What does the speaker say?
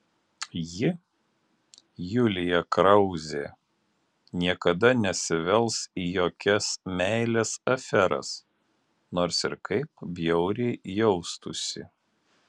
ji julija krauzė niekada nesivels į jokias meilės aferas nors ir kaip bjauriai jaustųsi